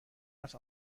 است